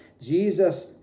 Jesus